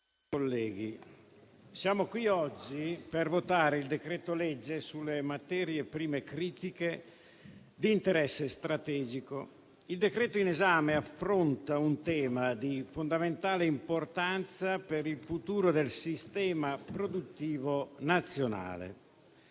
siamo qui oggi per votare il decreto-legge sulle materie prime critiche di interesse strategico. Il decreto in esame affronta un tema di fondamentale importanza per il futuro del sistema produttivo nazionale.